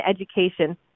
education